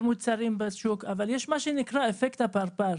אבל יש מה שנקרא אפקט הפרפר.